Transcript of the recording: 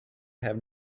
have